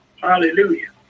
Hallelujah